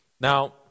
Now